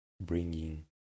bringing